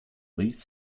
these